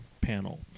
panel